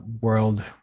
world